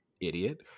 idiot